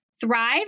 Thrive